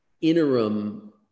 interim